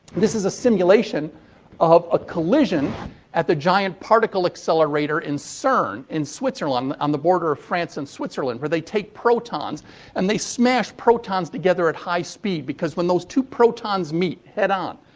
this is a simulation of a collision at the giant particle accelerator in cern, in switzerland, on the border of france and switzerland. they take protons and they smash protons together at high speed because when those two protons meet head-on,